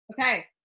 Okay